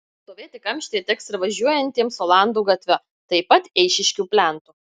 stovėti kamštyje teks ir važiuojantiems olandų gatve taip pat eišiškių plentu